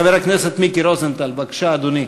חבר הכנסת מיקי רוזנטל, בבקשה, אדוני.